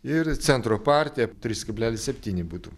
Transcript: ir centro partija trys kablelis septyni būtų